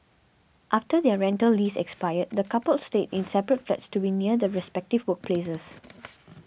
after their rental lease expired the coupled stayed in separate flats to be near their respective workplaces